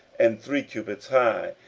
and three cubits high,